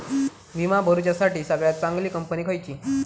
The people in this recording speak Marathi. विमा भरुच्यासाठी सगळयात चागंली कंपनी खयची?